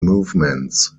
movements